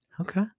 okay